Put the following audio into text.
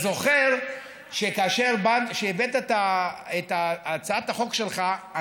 שזכותו וחובתו של משרד החינוך לעשות,